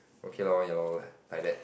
okay loh ya loh like that